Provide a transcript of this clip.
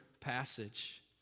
passage